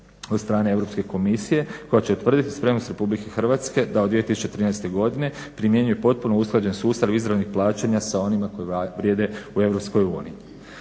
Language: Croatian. od strane EU komisije koja će utvrditi spremnost RH da od 2013.godine primjenjuje potpuno usklađen sustav u izvrni plaćanja sa onima koji vrijede u EU.